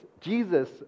Jesus